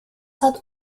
hat